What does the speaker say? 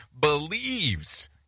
believes